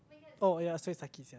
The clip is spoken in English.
oh ya